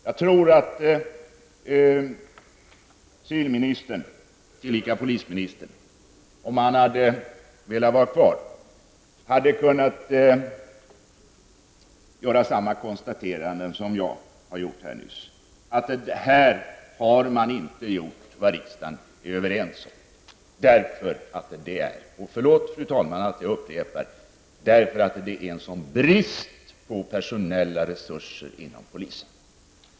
Jag tror att civilministern, tillika polisminister, om han hade velat stanna kvar i kammaren hade kunnat göra samma konstateranden som jag nyss har gjort, nämligen att man här inte har genomfört det som riksdagen är överens om och att orsaken till detta är -- förlåt, fru talman, för att jag upprepar det -- att det är en sådan brist på personella resurser inom polisen.